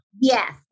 Yes